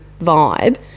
vibe